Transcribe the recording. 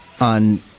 on